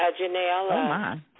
Janelle